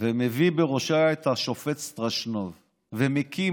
מביא בראשה את השופט סטרשנוב ומקים.